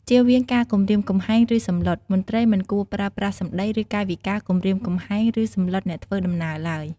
ចៀសវាងការគំរាមកំហែង ឬសម្លុត មន្ត្រីមិនគួរប្រើពាក្យសំដី ឬកាយវិការគំរាមកំហែង ឬសម្លុតអ្នកធ្វើដំណើរឡើយ។